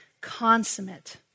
consummate